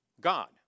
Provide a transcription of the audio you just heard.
God